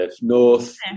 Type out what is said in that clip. north